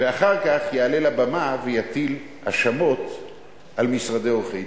ואחר כך יעלה לבמה ויטיל האשמות על משרדי עורכי-דין.